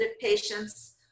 patients